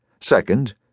Second